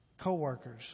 co-workers